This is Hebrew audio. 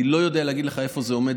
אני לא יודע להגיד לך איפה זה עומד